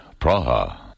Praha